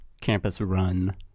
campus-run